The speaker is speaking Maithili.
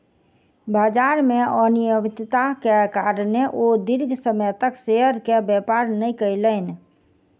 बजार में अनियमित्ता के कारणें ओ दीर्घ समय तक शेयर के व्यापार नै केलैन